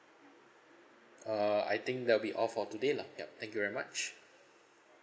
uh I think that'll be all for today lah yup thank you very much